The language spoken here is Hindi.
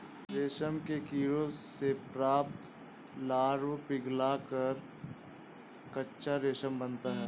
रेशम के कीड़ों से प्राप्त लार्वा पिघलकर कच्चा रेशम बनाता है